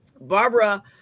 barbara